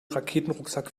raketenrucksack